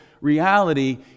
reality